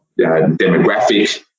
demographic